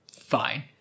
fine